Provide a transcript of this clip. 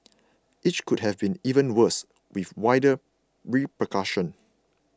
each could have been even worse with wider repercussions